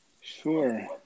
sure